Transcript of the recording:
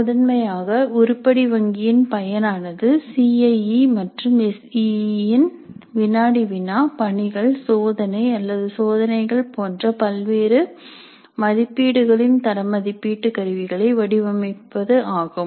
முதன்மையாக உருப்படி வங்கியின் பயன் ஆனது சிஐ ஈ மற்றும் எஸ் இ இ இன் வினாடி வினா பணிகள் சோதனை அல்லது சோதனைகள் போன்ற பல்வேறு மதிப்பீடுகளின் தர மதிப்பீட்டு கருவிகளை வடிவமைப்பு ஆகும்